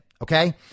Okay